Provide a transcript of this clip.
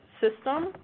system